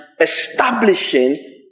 establishing